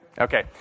Okay